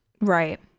Right